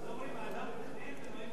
על זה אומרים: האדם מתכנן ואלוהים צוחק.